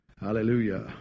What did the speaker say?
Hallelujah